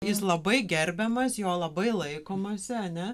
jis labai gerbiamas jo labai laikomasi ane